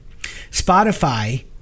Spotify